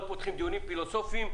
לא פותחים דיונים פילוסופיים,